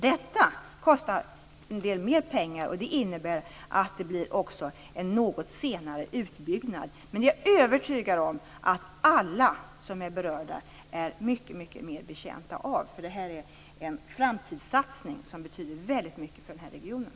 Detta kostar litet mer pengar, och det innebär också att det blir en något senare utbyggnad. Men jag är övertygad om att alla som är berörda är mycket mer betjänta av det. Detta är en framtidssatsning som betyder väldigt mycket för den här regionen.